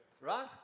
Right